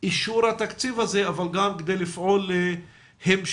אישור התקציב הזה, אבל גם כדי לפעול להמשך